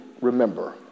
remember